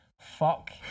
fuck